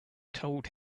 told